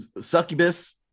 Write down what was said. succubus